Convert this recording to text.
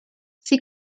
sie